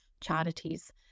charities